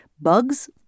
Bugs